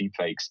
deepfakes